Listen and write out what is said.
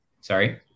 sorry